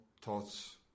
thoughts